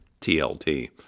TLT